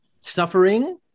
Suffering